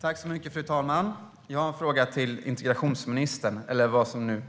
Fru talman! Jag har en fråga till integrationsministern - eller vad man nu